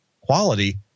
quality